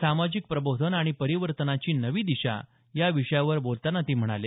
सामाजिक प्रबोधन आणि परिवर्तनाची नवी दिशा या विषयावर बोलतांना ते म्हणाले